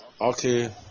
Okay